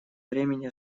времени